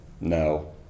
No